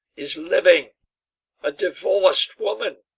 is living a divorced woman,